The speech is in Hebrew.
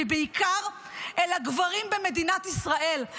ובעיקר אל הגברים במדינת ישראל,